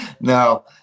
No